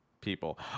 people